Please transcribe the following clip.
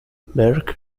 berg